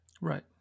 Right